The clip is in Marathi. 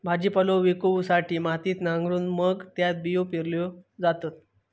भाजीपालो पिकवूसाठी मातीत नांगरून मग त्यात बियो पेरल्यो जातत